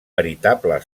veritable